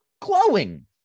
Glowing